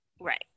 Right